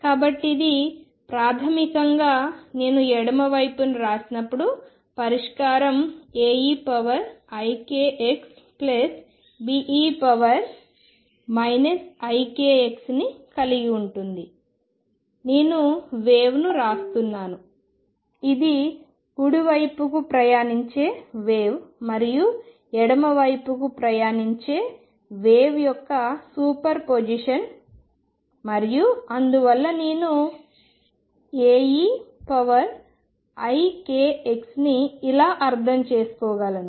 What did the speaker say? కాబట్టి ఇది ప్రాథమికంగా నేను ఎడమ వైపున వ్రాసినప్పుడు పరిష్కారం AeikxBe ikx ని కలిగి ఉంటుంది నేను వేవ్ను వ్రాస్తున్నాను ఇది కుడి వైపుకు ప్రయాణించే వేవ్ మరియు ఎడమవైపు వైపుకు ప్రయాణించే వేవ్ యొక్క సూపర్పొజిషన్ మరియు అందువల్ల నేను Aeikx ని ఇలా అర్థం చేసుకోగలను